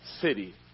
city